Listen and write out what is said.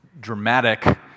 dramatic